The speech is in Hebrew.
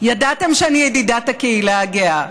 ידעתם שאני ידידת הקהילה הגאה,